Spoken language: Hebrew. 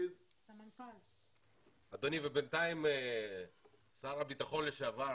בינתיים שר הביטחון לשעבר,